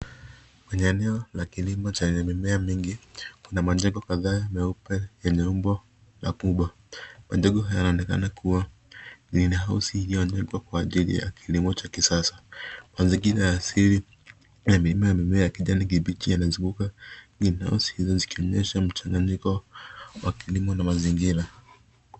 Kwenye eneo la kilimo chenye eneo la mimea mingi kuna majengo kadhaa meupe yameumbwa na puba. Majengo haya yanaonekana kuwa yenye hausi ilio wekwa kwa jil ya kilimo cha kisasa. Mazingira ya asili ya mimea ya kijani kibichi yana zunguka inhouse yakionyesha mchanganyiko wa kilimo na mazingira.